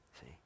see